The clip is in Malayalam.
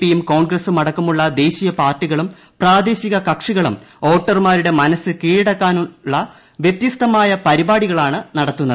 പിയും കോൺഗ്രസും അടക്കമുള്ള ദേശീയ പാർട്ടികളും പ്രാദേശിക കക്ഷികളും വോട്ടർമാരുടെ മനസ് കീഴടക്കുന്നതിനുള്ള വൃത്യസ്ഥമാർന്ന പരിപാടികളാണ് നടത്തുന്നത്